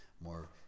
more